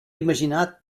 imaginar